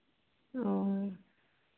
ओ